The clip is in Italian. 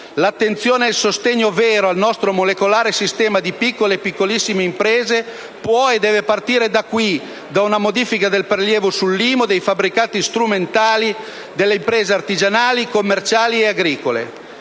L'attenzione e il sostegno vero al nostro molecolare sistema di piccole e piccolissime imprese può e deve partire da qui, da una modifica del prelievo IMU sui fabbricati strumentali delle imprese artigianali, commerciali e agricole.